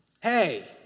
Hey